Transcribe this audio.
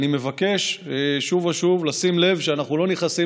אני מבקש שוב ושוב לשים לב שאנחנו לא נכנסים